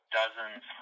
dozens